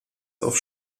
auf